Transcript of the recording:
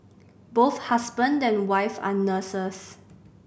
both husband and wife are nurses